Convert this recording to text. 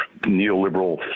neoliberal